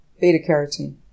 beta-carotene